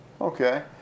Okay